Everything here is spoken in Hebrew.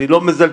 אני לא מזלזל,